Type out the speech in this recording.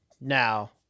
Now